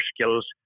skills